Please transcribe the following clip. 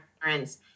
parents